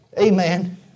Amen